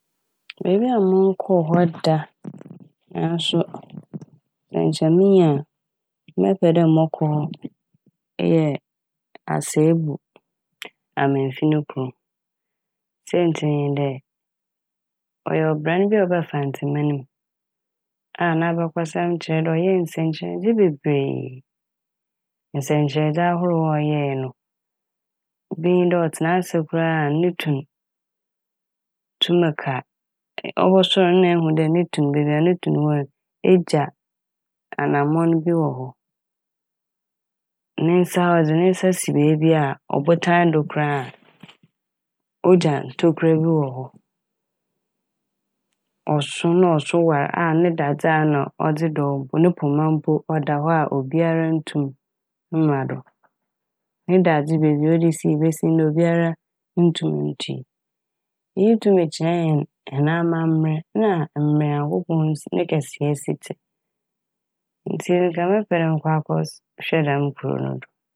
Beebi a monnkɔ hɔ da a naaso nkyɛ minya a mokɔ yɛ eyɛ Aseebu Amamfi no kurom. Osiandɛ ɔyɛ ɔbran bi a ɔbaa Mfantseman mu a n'abakɔsɛm kyerɛ dɛ ɔyɛɛ nsɛnkyerɛdze bebree. Nsɛnkyerɛdze ahorow a ɔyɛɛ no bi nye dɛ ɔtsena ase koraa no tun tumi ka - ɔbɔsoɛr no na ebohu dɛ no tun beebi a na tun wɔ no egya anamɔn bi wɔ hɔ. Ne nsa - ɔdze ne nsa si beebi a ɔbotan do koraa a ogya tokura bi wɔ hɔ. Ɔso na ɔso war a na ne daadze a ɔdze dɔw ne poma mpo ɔda hɔ a obiara nntum mma do. Ne daadze beebi a ɔdze sii obiara nntum nntui. Iyi tum kyerɛ hɛn - hɛn amambrɛ na mbrɛ Nyankopɔn si - Ne kɛseyɛ si tse. Ntsi nnka mɛpɛ dɛ makɔse- makɔhwɛ dɛm kurow no do.